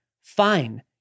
Fine